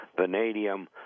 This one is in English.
vanadium